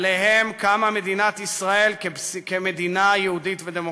שעליו קמה מדינת ישראל כמדינה יהודית ודמוקרטית.